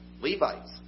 Levites